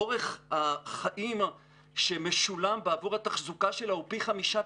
אורך החיים שמשולם בעבור התחזוקה שלה הוא פי חמישה,